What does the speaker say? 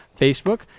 Facebook